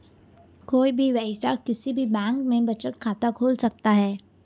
कोई भी वयस्क किसी भी बैंक में बचत खाता खोल सकता हैं